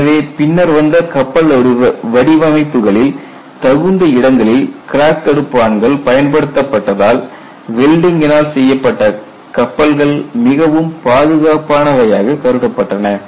எனவே பின்னர் வந்த கப்பல் வடிவமைப்புகளில் தகுந்த இடங்களில் க்ராக் தடுப்பான்கள் பயன்படுத்த பட்டதால் வெல்டிங்னால் செய்யப்பட்ட கப்பல்கள் மிகவும் பாதுகாப்பானவையாக கருதப்பட்டன